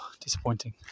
disappointing